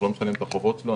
לא משנה מה החובות שלו,